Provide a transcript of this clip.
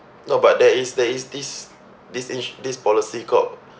no but there is there is this this ins~ this policy called